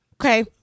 Okay